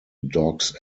dogs